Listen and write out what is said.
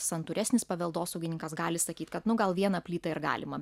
santūresnis paveldosaugininkas gali sakyt kad nu gal vieną plytą ir galima